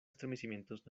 estremecimientos